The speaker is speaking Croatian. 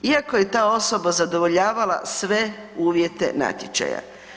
Iako je ta osoba zadovoljava sve uvjete natječaja.